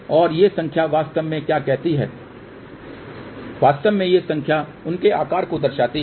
और ये संख्या वास्तव में क्या कहती है वास्तव में ये संख्या उनके आकार को दर्शाती है